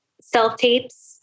self-tapes